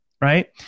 right